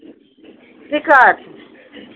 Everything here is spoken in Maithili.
टिकट